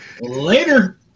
Later